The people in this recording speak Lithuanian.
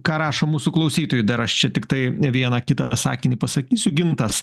ką rašo mūsų klausytojai dar aš čia tiktai ne vieną kitą sakinį pasakysiu gintas